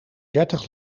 dertig